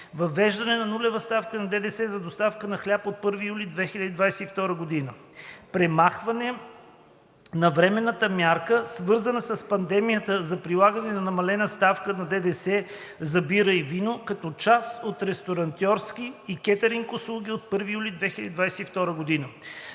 въвеждане на нулева ставка на ДДС за доставка на хляб от 1 юли 2022 г.; - премахване на временната мярка, свързана с пандемията, за прилагането на намалената ставка на ДДС за бира и вино, като част от ресторантьорски и кетъринг услуги от 1 юли 2022 г.;